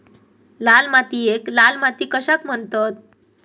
लाल मातीयेक लाल माती कशाक म्हणतत?